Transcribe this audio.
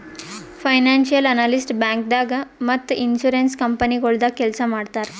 financial analyst ಬ್ಯಾಂಕ್ದಾಗ್ ಮತ್ತ್ insurance ಕಂಪನಿಗೊಳ್ದಾಗ ಕೆಲ್ಸ್ ಮಾಡ್ತರ್